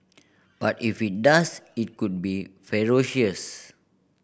but if it does it could be ferocious